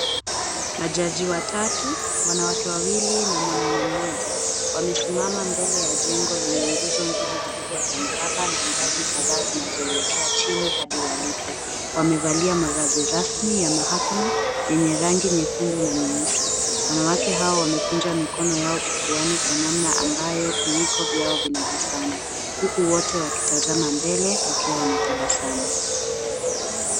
Majaji watatu, wanawake wawili na mwanaume mmoja wamesimama mbele ya jengo lenye nguzo mbili kubwa za mraba na ngazi kadhaa zinazoelekea chini hadi walipo. Wamevalia mavazi rasmi ya mahakama yenye rangi nyekundu na nyeusi. Wanawake hawa wamekunja mikono yao kifuani kwa namna ambayo viwiko vyao vinagusana huku wote wakitazama mbele wakiwa wametabasamu.